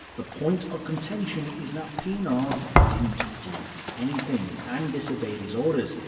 the point of contention is that pienaar didn't do anything and disobeyed his orders.